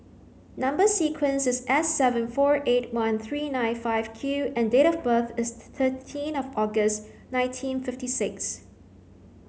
number sequence is S seven four eight one three nine five Q and date of birth is thirteen August nineteen fifty six